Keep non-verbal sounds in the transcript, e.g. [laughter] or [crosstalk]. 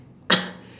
[coughs]